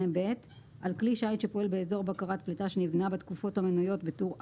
על כלי שיט שפועל באזור בקרת פליטה שנבנה בתקופות המנויות בטור א'